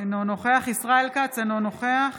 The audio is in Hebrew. אינו נוכח ישראל כץ, אינו נוכח